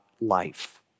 life